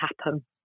happen